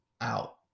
out